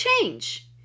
change